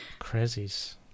Crazies